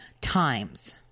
times